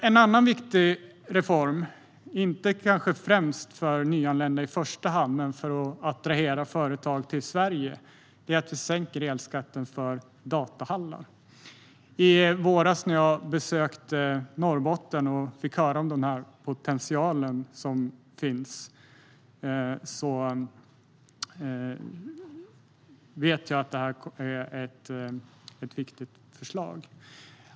En annan viktig reform, kanske inte i första hand för nyanlända men för att attrahera företag till Sverige, är att vi sänker elskatten för datahallar. I våras besökte jag Norrbotten och fick höra om den potential som finns. Jag vet att det är ett viktigt förslag.